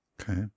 okay